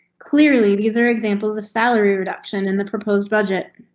clearly these are examples of salary reduction in the proposed budget.